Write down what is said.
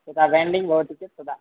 यथा वाण्डिङ्ग् भवति चेत् तदा